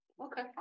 Okay